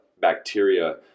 bacteria